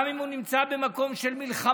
גם אם הוא נמצא במקום של מלחמה,